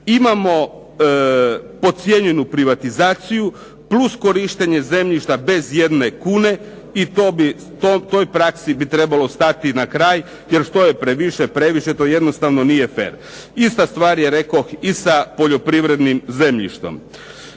imamo podcijenjenu privatizaciju plus korištenje zemljišta bez jedne kune i toj praksi bi trebalo stati na kraj, jer što je previše, previše je, to jednostavno nije fer. Ista stvar je rekoh i sa poljoprivrednim zemljištem.